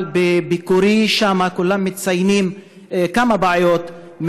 אבל בביקורי שם כולם מציינים כמה בעיות,